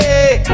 Hey